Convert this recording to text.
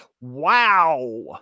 Wow